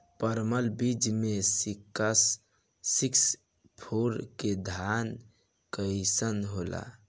परमल बीज मे सिक्स सिक्स फोर के धान कईसन होला?